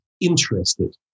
interested